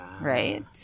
right